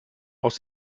aus